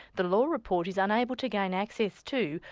the law report is unable to gain access to,